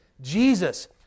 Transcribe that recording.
Jesus